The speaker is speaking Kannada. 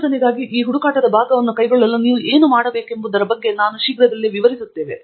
ಸಂಶೋಧನೆಗಾಗಿ ಈ ಹುಡುಕಾಟದ ಭಾಗವನ್ನು ಕೈಗೊಳ್ಳಲು ನೀವು ಏನು ಮಾಡಬೇಕೆಂಬುದರ ಬಗ್ಗೆ ನಾವು ಶೀಘ್ರದಲ್ಲೇ ವಿಸ್ತರಿಸುತ್ತೇವೆ